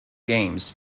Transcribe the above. games